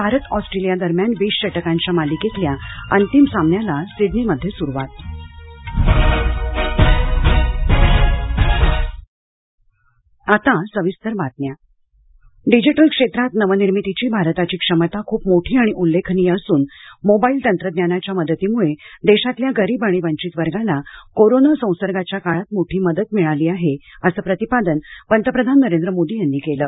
Bharat Australia दरम्यान वीस षटकांच्या मालिकेतल्या अंतिम सामन्याला सिडनीत सुरुवात पंतप्रधान डिजिटल क्षेत्रात नवनिर्मितीची भारताची क्षमता खूप मोठी आणि उल्लेखनीय असून मोबाईल तंत्रज्ञानाच्या मदतीमुळे देशातल्या गरीब आणि वंचित वर्गाला कोरोना संसर्गाच्या काळात मोठी मदत मिळाली आहे असं प्रतिपादन पंतप्रधान नरेंद्र मोदी यांनी केलं